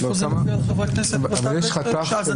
יש לנו